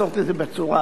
תודה רבה.